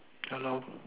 hello